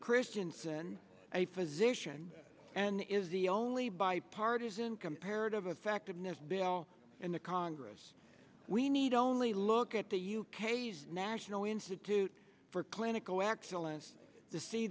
christensen a position and is the only bipartisan comparative effectiveness bill in the congress we need only look at the u k s national institute for clinical excellence the see